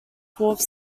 fourth